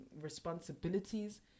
responsibilities